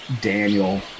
Daniel